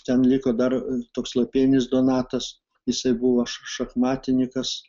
ten liko dar toks lapienis donatas jisai buvo šachmatininkas